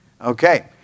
okay